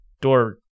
door